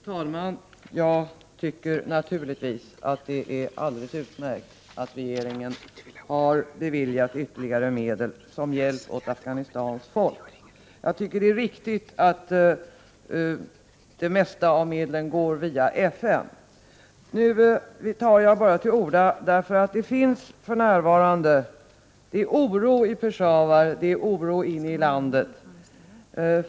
Fru talman! Jag tycker naturligtvis att det är utmärkt att regeringen har beviljat ytterligare medel som hjälp till Afghanistans folk. Jag tycker att det 31 är riktigt att den största delen av medlen går via FN. Nu tar jag till orda eftersom det för närvarande är oro i Peshawar och inne i landet.